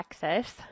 Texas